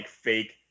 fake